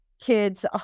kids